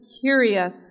curious